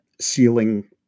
ceiling